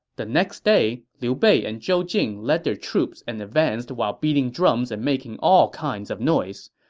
the next day, liu bei and zhou jing led their troops and advanced while beating drums and making all kinds of noise.